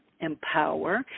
empower